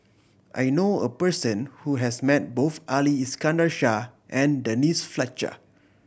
I knew a person who has met both Ali Iskandar Shah and Denise Fletcher